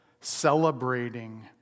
celebrating